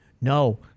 no